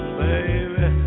baby